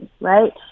right